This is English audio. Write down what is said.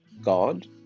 God